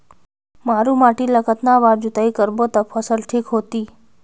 मारू माटी ला कतना बार जुताई करबो ता फसल ठीक होती?